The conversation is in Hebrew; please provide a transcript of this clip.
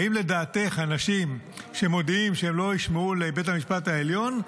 האם לדעתך אנשים שמודיעים שהם לא יישמעו לבית המשפט העליון,